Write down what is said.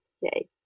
yay